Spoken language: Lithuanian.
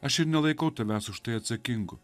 aš ir nelaikau tavęs už tai atsakingu